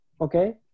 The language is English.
Okay